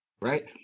right